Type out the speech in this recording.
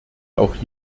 auch